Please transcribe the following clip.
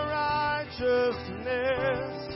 righteousness